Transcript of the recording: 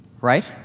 right